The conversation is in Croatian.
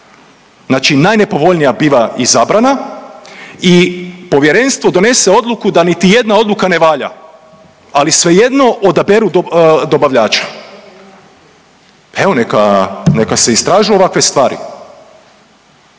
Znači najnepovljnija biva izabrana i povjerenstvo donese odluku da niti jedna odluka ne valja, ali svejedno odaberu dobavljača. Pa evo neka, neka se istraže ovakve stvari.